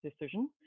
decision